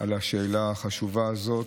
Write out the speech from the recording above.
על השאלה החשובה הזו,